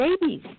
babies